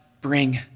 bring